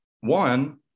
one